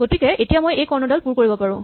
গতিকে এতিয়া মই এই কৰ্ণডাল পুৰ কৰিব পাৰো